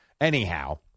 Anyhow